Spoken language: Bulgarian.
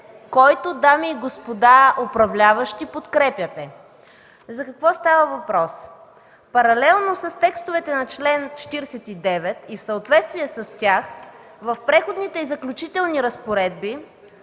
който, дами и господа управляващи, подкрепяте! За какво става въпрос? Паралелно с текстовете на чл. 49, и в съответствие с тях, в Преходните и заключителни разпоредби